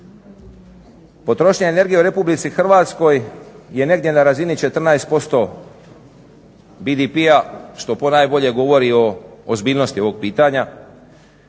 Potrošnja energije u RH je negdje na razini 14% BDP-a što ponajbolje govori o ozbiljnosti ovog pitanja